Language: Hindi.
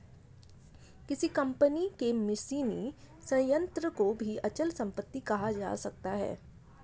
किसी कंपनी के मशीनी संयंत्र को भी अचल संपत्ति कहा जा सकता है